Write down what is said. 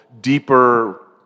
deeper